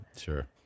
Sure